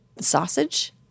sausage